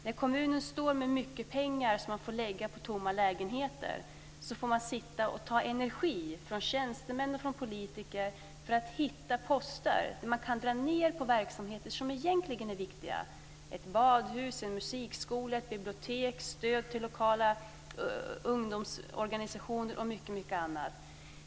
När kommunen måste lägga mycket pengar på tomma lägenheter får man sitta och ta energi från tjänstemän och politiker för att hitta poster där man kan dra ned på verksamheter som egentligen är viktiga - ett badhus, en musikskola, ett bibliotek, stöd till lokala ungdomsorganisationer och mycket annat.